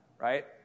Right